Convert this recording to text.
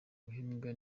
uhembwa